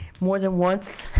more than once.